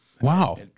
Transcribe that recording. Wow